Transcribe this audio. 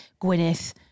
Gwyneth